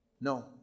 no